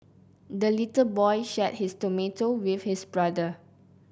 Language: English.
the little boy shared his tomato with his brother